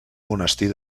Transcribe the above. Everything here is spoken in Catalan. monestir